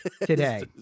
today